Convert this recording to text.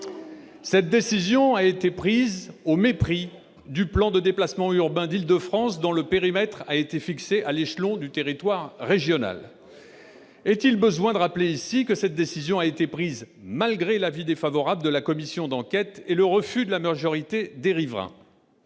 -une décision prise au mépris du plan de déplacements urbains d'Île-de-France, dont le périmètre a été fixé à l'échelon du territoire régional. Est-il besoin de rappeler ici que cette décision a été prise malgré l'avis défavorable de la commission d'enquête et l'opposition de la majorité des riverains ?